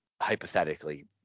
hypothetically